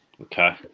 Okay